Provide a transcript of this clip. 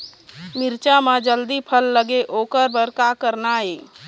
मिरचा म जल्दी फल लगे ओकर बर का करना ये?